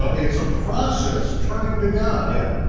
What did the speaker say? it's a process, turning to god. yeah.